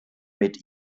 mit